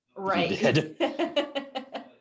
Right